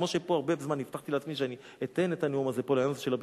כמו שפה הרבה זמן הבטחתי לעצמי שאני אתן את הנאום הזה של ה"בריונים",